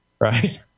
right